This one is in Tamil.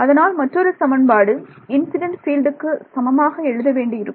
அதனால் மற்றொரு சமன்பாடு இன்சிடென்ட் பீல்டுக்கு சமமாக எழுத வேண்டி இருக்கும்